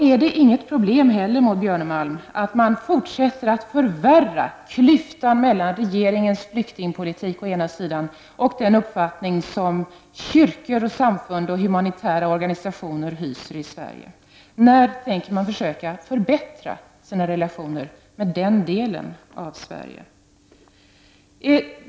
Är det inte heller något problem, Maud Björnemalm, att man fortsätter att förvärra klyftan mellan regeringens flyktingpolitik å ena sidan och den uppfattning som kyrkor, samfund och humanitära organisationer hyser i Sverige å andra sidan? När tänker man förbättra sina relationer med den delen av Sverige?